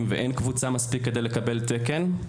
ואין קבוצה מספיק גדולה כדי לקבל תקן.